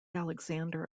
alexander